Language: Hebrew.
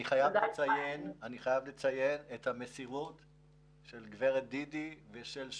אני חייב לציין את המסירות של גברת דידי ושל שועא,